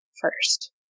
first